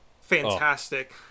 fantastic